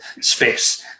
space